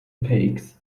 paix